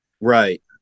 Right